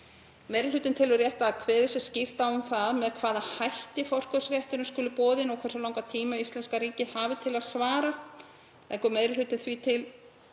Meiri hlutinn telur rétt að kveðið sé skýrt á um það með hvaða hætti forkaupsrétturinn skuli boðinn og hversu langan tíma íslenska ríkið hafi til að svara. Leggur meiri hlutinn því til